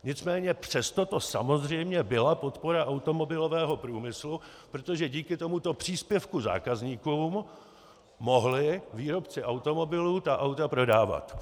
Nicméně přesto to samozřejmě byla podpora automobilového průmyslu, protože díky tomuto příspěvku zákazníkům mohli výrobci automobilů ta auta prodávat.